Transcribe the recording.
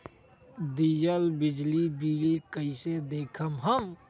दियल बिजली बिल कइसे देखम हम?